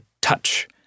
touch